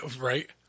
Right